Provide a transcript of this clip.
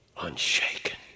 unshaken